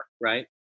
right